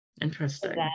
interesting